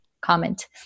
comment